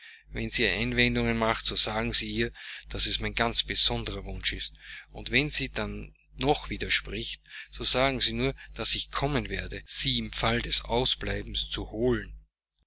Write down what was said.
wenn sie einwendungen macht so sagen sie ihr daß es mein ganz besonderer wunsch ist und wenn sie dann noch widerspricht so sagen sie nur daß ich kommen werde sie im falle des ausbleibens zu holen